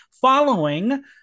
following